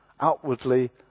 Outwardly